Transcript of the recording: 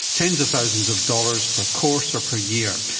tens of thousands of dollars per course or per year.